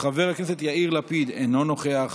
חברת הכנסת קרן ברק, מוותרת,